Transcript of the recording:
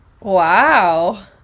wow